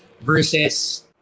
Versus